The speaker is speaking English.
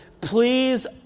please